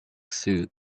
suit